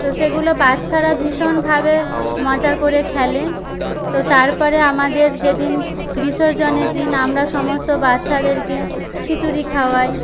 তো সেগুলো বাচ্চারা ভীষণভাবে মজা করে খেলে তো তারপরে আমাদের যেদিন বিসর্জনের দিন আমরা সমস্ত বাচ্চাদেরকে খিচুড়ি খাওয়াই